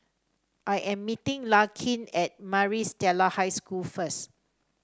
I am meeting Larkin at Maris Stella High School first